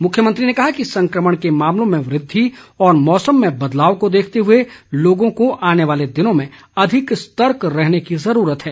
मुख्यमंत्री ने कहा कि संक्रमण के मामलों में वृद्धि और मौसम में बदलाव को देखते हुए लोगों को आने वाले दिनों में अधिक सतर्क रहने की ज़रूरत है